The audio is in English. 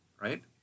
right